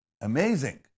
amazing